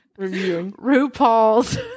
RuPaul's